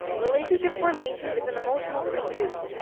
relationship formation is an emotional pursuit,